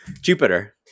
jupiter